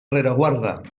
rereguarda